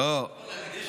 דודי, זה גם אצל שריונרים.